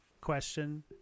question